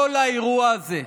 כל האירוע הזה,